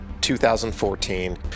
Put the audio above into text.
2014